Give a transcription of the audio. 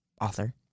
author